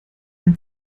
ein